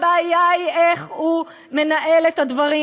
הבעיה היא איך הוא מנהל את הדברים,